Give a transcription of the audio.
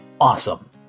Awesome